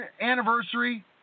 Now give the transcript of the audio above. anniversary